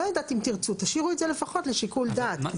לא יודעת אם תרצו, תשאירו את זה לפחות לשיקול דעת.